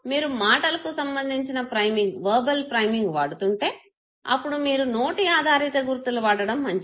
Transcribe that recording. మీరు మాటలకు సంబంధించిన ప్రైమింగ్ వాడుతుంటే అప్పుడు మీరు నోటి ఆధారిత గుర్తులు వాడడం మంచిది